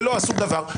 ולא עשו דבר,